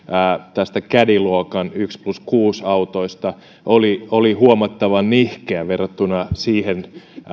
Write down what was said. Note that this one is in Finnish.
näistä caddy luokan yksi plus kuusi autoista oli oli huomattavan nihkeä verrattuna siihen